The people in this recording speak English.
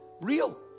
real